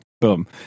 boom